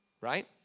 right